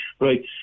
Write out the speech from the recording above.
right